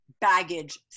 baggage